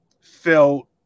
felt –